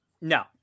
No